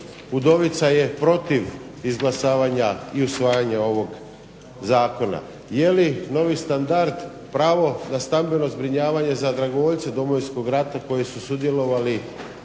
udovica je protiv izglasavanja i usvajanja ovog zakona. Je li novi standard pravo da stambeno zbrinjavanje za dragovoljce Domovinskog rata koji su sudjelovali